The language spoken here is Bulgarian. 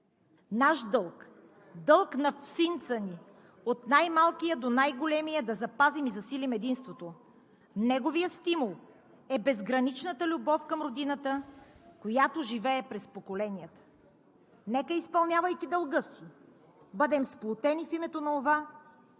„Наш дълг, дълг на всинца ни – от най-малкия до най-големия, е да запазим и засилим единството. Неговият стимул е безграничната любов към Родината, която живее през поколенията. Нека, изпълнявайки дълга си, бъдем сплотени в името на онова,